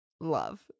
Love